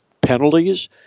penalties